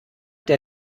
der